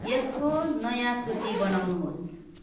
यसको नयाँ सूची बनाउनुहोस्